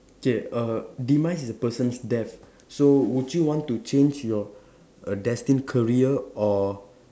K err demise is a person's death so would you want to change your destined career or